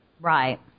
right